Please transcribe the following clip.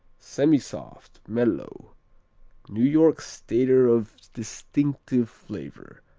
semisoft mellow new york stater of distinctive flavor.